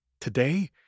Today